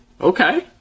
okay